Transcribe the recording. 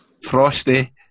Frosty